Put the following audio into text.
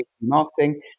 Marketing